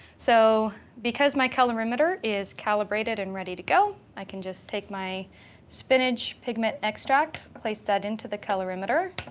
so because my colorimeter is calibrated and ready to go, i can just take my spinach pigment extract, place that into the colorimeter,